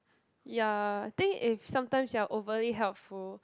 ya think if sometimes you're overly helpful